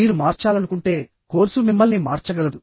మీరు మార్చాలనుకుంటే కోర్సు మిమ్మల్ని మార్చగలదు